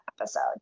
episode